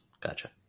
Gotcha